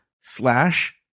slash